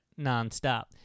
nonstop